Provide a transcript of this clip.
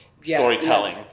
storytelling